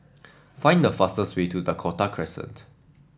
find the fastest way to Dakota Crescent